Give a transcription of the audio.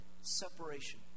separation